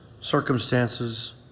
circumstances